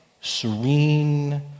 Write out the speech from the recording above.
serene